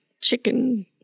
chicken